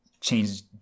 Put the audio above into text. change